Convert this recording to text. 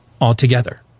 altogether